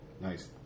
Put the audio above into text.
Nice